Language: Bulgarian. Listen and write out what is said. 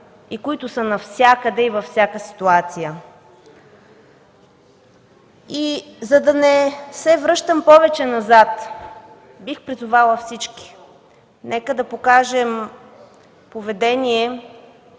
и които са навсякъде и във всяка ситуация. За да не се връщам повече назад, бих призовала всички – нека да покажем поведение